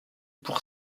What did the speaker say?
pour